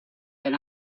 but